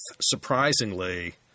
surprisingly